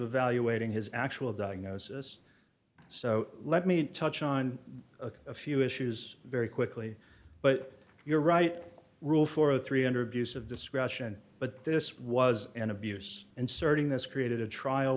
evaluating his actual diagnosis so let me touch on a few issues very quickly but you're right rule for three hundred use of discretion but this was an abuse and searching this created a trial